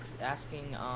asking